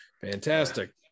fantastic